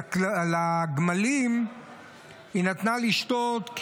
לגמלים היא נתנה לשתות,